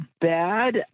bad